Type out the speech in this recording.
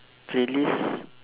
playlist